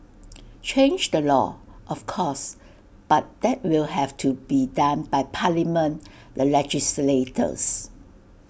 change the law of course but that will have to be done by parliament the legislators